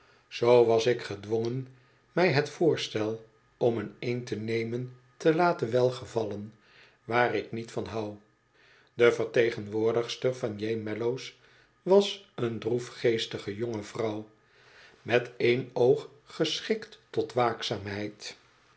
zoo was ik gedwongen mij het voorstel om een eend te nemen te laten welgevallen waar ik niet van hou de vertegenwoordigster van j mellows was een droefgeestige jonge vrouw met één oog geschikt tot waakzaamheid